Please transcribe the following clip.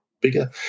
bigger